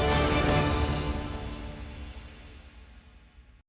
Дякую,